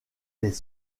des